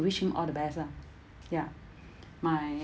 wish him all the best ah ya my